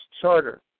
charter